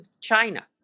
China